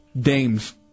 Dames